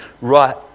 right